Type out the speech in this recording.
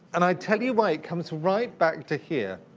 and i tell you why. it comes right back to here.